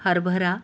हरभरा